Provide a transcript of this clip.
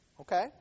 Okay